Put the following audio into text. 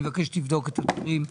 אני מבקש שתבדוק את הדברים.